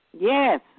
Yes